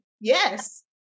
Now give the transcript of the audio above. Yes